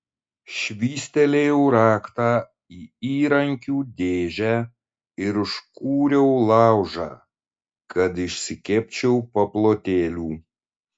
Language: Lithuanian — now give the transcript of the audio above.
švystelėjau raktą į įrankių dėžę ir užkūriau laužą kad išsikepčiau paplotėlių